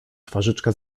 twarzyczka